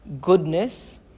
goodness